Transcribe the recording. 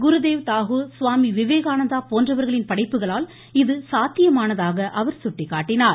குருதேவ் தாகூர் சுவாமி விவேகானந்தா போன்றவர்களின் படைப்புகளால் இது சாத்தியமானதாக அவர் சுட்டிக்காட்டினார்